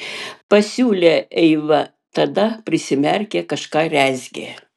pasiūlė eiva tada prisimerkė kažką rezgė